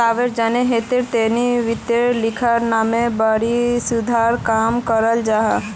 सार्वजनिक हीतेर तने वित्तिय लेखा मानक बोर्ड द्वारा काम कराल जाहा